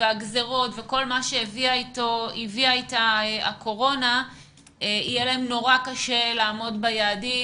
הגזרות וכל מה שהביאה אתה הקורונה יהיה להן מאוד קשה לעמוד ביעדים